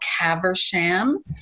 Caversham